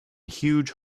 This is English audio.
huge